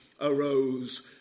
arose